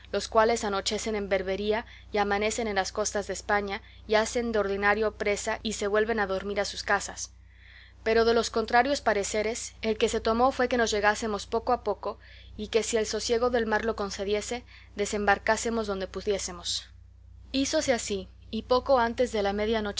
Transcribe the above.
los cuales anochecen en berbería y amanecen en las costas de españa y hacen de ordinario presa y se vuelven a dormir a sus casas pero de los contrarios pareceres el que se tomó fue que nos llegásemos poco a poco y que si el sosiego del mar lo concediese desembarcásemos donde pudiésemos hízose así y poco antes de la media